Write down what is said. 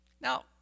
Now